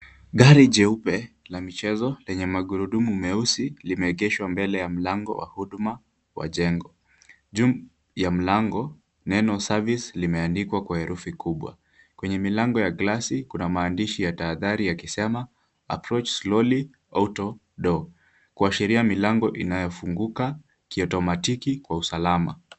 Gari jeupe la michzo lenye magurudumu meusi limeegeshwa mbele ya mlango wa huduma wa jengo. Juu ya mlango neno service limeandikwa kwa herufi kubwa. Kwenye milango ya glasi kuna maandishi ya tahadhari yakisema approach slowly auto door , kuashiria milango inayofunguka kiotomatiki kwa usalama.